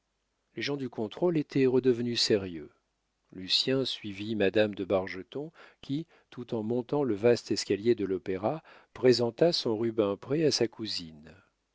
les gens du contrôle étaient redevenus sérieux lucien suivit madame de bargeton qui tout en montant le vaste escalier de l'opéra présenta son rubempré à sa cousine